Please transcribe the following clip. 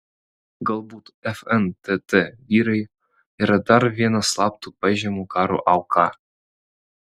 galbūt fntt vyrai yra dar viena slaptų pažymų karo auka